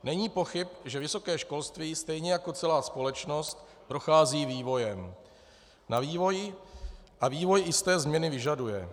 Není pochyb, že vysoké školství stejně jako celá společnost prochází vývojem a vývoj i jisté změny vyžaduje.